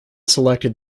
selected